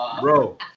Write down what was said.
Bro